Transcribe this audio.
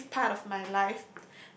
formative part of my life